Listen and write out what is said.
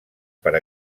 per